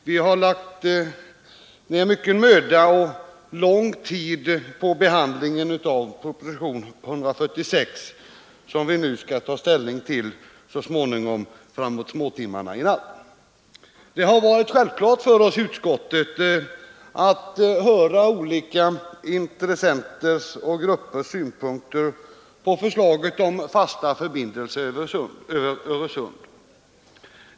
Vi har lagt ned mycken möda och lång tid på behandlingen av propositionen 146, som vi skall ta ställning till framåt småtimmarna i natt. Det har varit självklart för oss i utskottet att höra olika intressenters och gruppers synpunkter på förslaget om fasta förbindelser över Öresund.